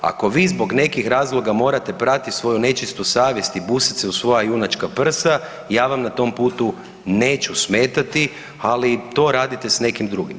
Ako vi zbog nekih razloga morate prati svoju nečistu savjest i busat se u svoja junačka prsa ja vam na tom putu neću smetati, ali to radite s nekim drugim.